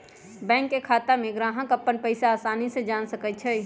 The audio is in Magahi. बैंक के खाता में ग्राहक अप्पन पैसा असानी से जान सकई छई